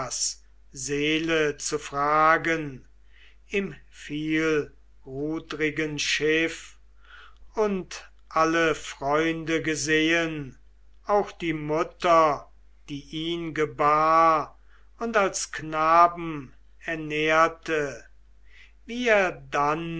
seele zu fragen im vielrudrigen schiff und alle freunde gesehen auch die mutter die ihn gebar und als knaben ernährte wie er dann